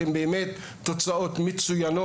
הן באמת תוצאות מצוינות.